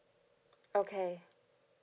okay